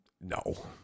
no